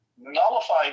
nullify